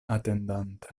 atendante